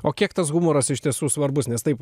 o kiek tas humoras iš tiesų svarbus nes taip